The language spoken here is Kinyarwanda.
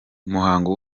umuhango